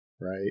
right